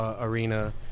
arena